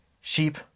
sheep